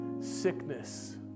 sickness